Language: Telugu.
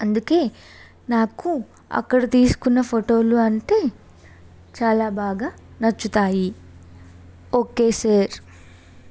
అందుకే నాకు అక్కడ తీసుకున్న ఫోటోలు అంటే చాలా బాగా నచ్చుతాయి ఓకే సార్